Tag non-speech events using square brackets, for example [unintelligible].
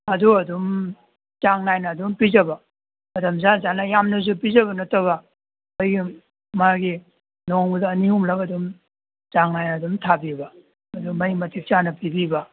ꯑꯗꯨ ꯑꯗꯨꯝ ꯆꯥꯡ ꯅꯥꯏꯅ ꯑꯗꯨꯝ ꯄꯤꯖꯕ ꯃꯇꯝ ꯆꯥ ꯆꯥꯅ ꯌꯥꯝꯅꯁꯨ ꯄꯤꯖꯕ ꯅꯠꯇꯕ [unintelligible] ꯃꯥꯒꯤ ꯅꯣꯡꯃꯗ ꯑꯅꯤꯍꯨꯝꯂꯛ ꯑꯗꯨꯝ ꯆꯥꯡ ꯅꯥꯏꯅ ꯑꯗꯨꯝ ꯊꯥꯕꯤꯕ ꯑꯗꯨ ꯃꯩ ꯃꯇꯤꯛ ꯆꯥꯅ ꯄꯤꯕꯤꯕ